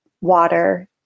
water